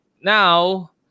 now